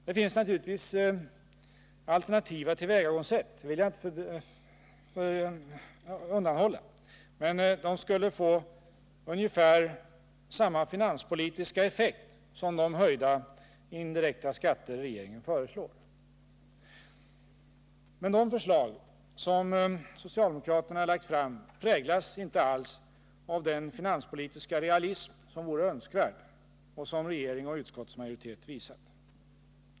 Det finns naturligtvis alternativa tillvägagångssätt — det vill jag inte undanhålla kammaren — men de skulle få ungefär samma finanspolitiska effekt som de höjda indirekta skatter regeringen föreslår. Men de förslag som socialdemokraterna i verkligheten lagt fram präglas inte alls av den finanspolitiska realism som vore önskvärd och som regering och utskottsmajoritet visat.